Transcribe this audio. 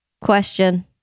question